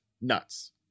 nuts